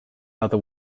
other